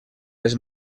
les